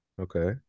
Okay